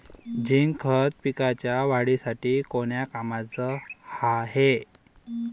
Zinc खत पिकाच्या वाढीसाठी कोन्या कामाचं हाये?